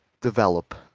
develop